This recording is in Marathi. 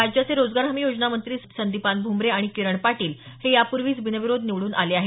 राज्याचे रोजगार हमी योजना मंत्री संदिपान भूमरे आणि किरण पाटील हे यापूर्वीच बिनविरोध निवडून आले आहेत